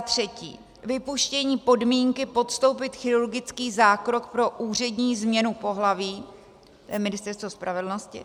3. vypuštění podmínky podstoupit chirurgický zákrok pro úřední změnu pohlaví to je Ministerstvo spravedlnosti;